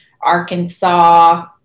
Arkansas